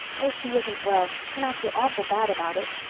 oh, she isn't well and i feel awful bad about it.